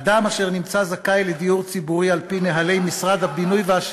אדם אשר נמצא זכאי לדיור ציבורי על-פי נוהלי משרד הבינוי והשיכון,